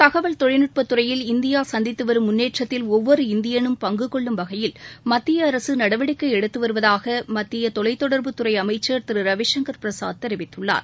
தகவல் தொழில்நுட்பத்துறையில் இந்தியா சந்தித்துவரும் முன்னேற்றத்தில் ஒவ்வொரு இந்தியனும் பங்கு கொள்ளும் வகையில் மத்திய அரசு நடவடிக்கை எடுத்து வருவதாக மத்திய தொலைத்தொடர்புத்துறை அமைச்சர் திரு ரவிசங்கர் பிரசாத் தெரிவித்துள்ளார்